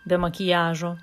be makiažo